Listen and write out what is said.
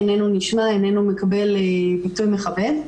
איננו נראה,